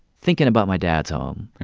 thinking about my dad's home,